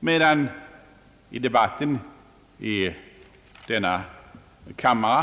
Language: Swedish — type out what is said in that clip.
bland byggnadsarbetarna.